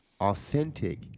authentic